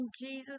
Jesus